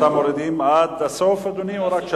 אתם מורידים עד הסוף, אדוני, או רק 3?